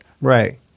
Right